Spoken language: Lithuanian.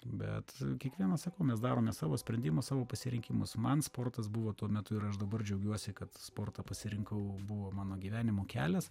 bet kiekvienas sako mes darome savo sprendimą savo pasirinkimus man sportas buvo tuo metu ir aš dabar džiaugiuosi kad sportą pasirinkau buvo mano gyvenimo kelias